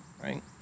right